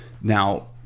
now